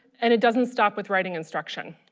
and it doesn't stop with writing instruction.